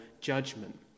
judgment